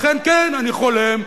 לכן, כן, אני חולם,